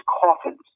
coffins